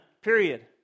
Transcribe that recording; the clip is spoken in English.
period